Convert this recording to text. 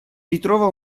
ritrova